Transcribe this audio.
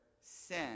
sin